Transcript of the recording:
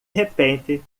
repente